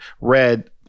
red